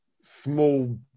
small